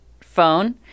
phone